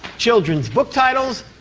children's book titles,